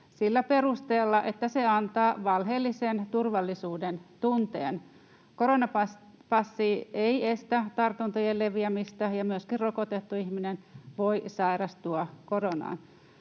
sillä perusteella, että se antaa valheellisen turvallisuudentunteen. Koronapassi ei estä tartuntojen leviämistä, ja myöskin rokotettu ihminen voi sairastua koronaan.